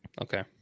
Okay